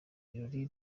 birori